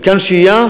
מתקן שהייה,